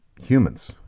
humans